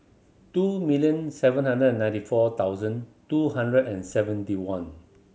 two million seven hundred and ninety four thousand two hundred and seventy one